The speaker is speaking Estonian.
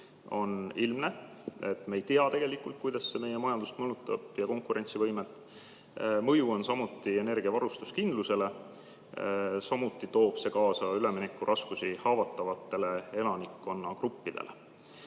on ilmne, me ei tea tegelikult, kuidas see meie majandust ja konkurentsivõimet mõjutab. Mõju on energiavarustuskindlusele, samuti toob see kaasa üleminekuraskusi haavatavatele elanikkonnagruppidele.